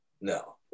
No